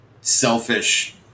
selfish